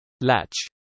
Latch